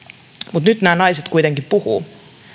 nyt nämä naiset kuitenkin puhuvat